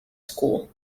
school